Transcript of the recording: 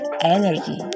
energy